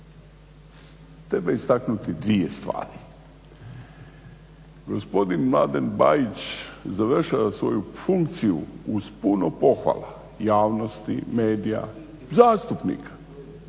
treba istaknuti dvije stvari. Gospodin Mladen Bajić završava svoju funkciju uz puno pohvala javnosti, medija, zastupnika.